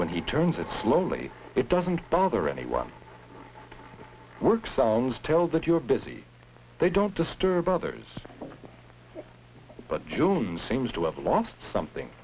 when he turns it slowly it doesn't bother anyone work songs tell that you're busy they don't disturb others but june seems to have lost something